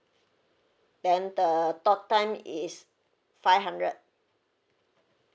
then the talktime is five hundred